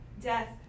Death